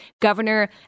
Governor